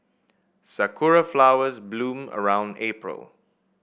sakura flowers bloom around April